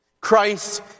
Christ